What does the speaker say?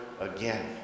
again